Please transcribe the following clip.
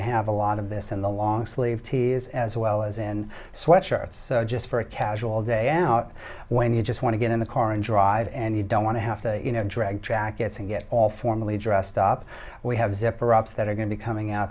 to have a lot of this in the long sleeve t is as well as in sweatshirts just for a casual day out when you just want to get in the car and drive and you don't want to have to you know drag jackets and get all formally dressed up we have zipper ups that are going to coming out